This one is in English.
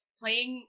playing